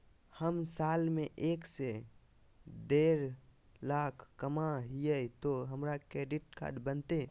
हम साल में एक से देढ लाख कमा हिये तो हमरा क्रेडिट कार्ड बनते?